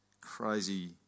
crazy